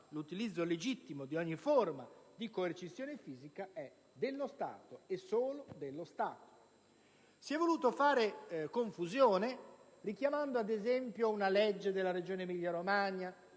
l'utilizzo legittimo di ogni forma di coercizione fisica è dello Stato e solo dello Stato. Sulla materia sono state richiamate una legge della regione Emilia-Romagna